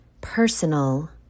personal